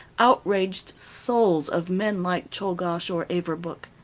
outraged souls of men like czolgosz or averbuch.